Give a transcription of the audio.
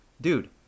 dude